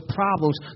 problems